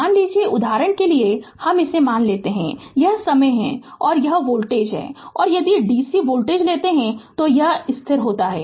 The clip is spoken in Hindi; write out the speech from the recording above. मान लीजिए उदाहरण के लिए हम इसे ले मान लीजिए यह समय है और यह वोल्टेज है और यदि dc वोल्टेज लेते हैं तो यह स्थिर होता है